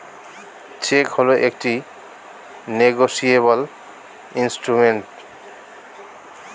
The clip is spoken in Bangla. চেক হল একটি নেগোশিয়েবল ইন্সট্রুমেন্ট